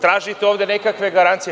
Tražite ovde nekakve garancije.